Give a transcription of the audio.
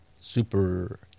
super